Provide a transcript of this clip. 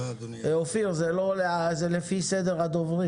אני רוצה להצטרף לברכות,